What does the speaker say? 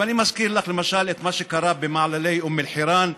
ואני מזכיר לך למשל את מה שקרה במעללי אום אל-חיראן,